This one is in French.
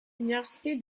université